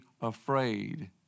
afraid